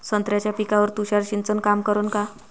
संत्र्याच्या पिकावर तुषार सिंचन काम करन का?